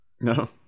no